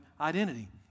identity